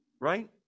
right